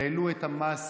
העלו את המס